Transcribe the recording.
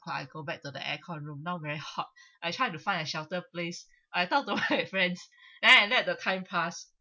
I go back to the air-con room now very hot I tried to find a shelter place I talked to my friends then I let the time pass